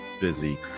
busy